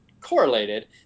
correlated